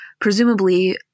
presumably